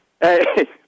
Hey